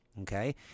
Okay